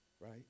Right